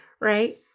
right